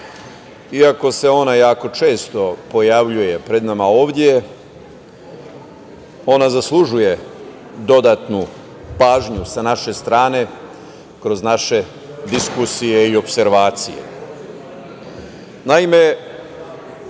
Iako se ona jako često pojavljuje pred nama ovde, ona zaslužuje dodatnu pažnju sa naše strane kroz naše diskusije i opservacije. Naime,